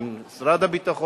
עם משרד הביטחון,